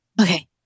okay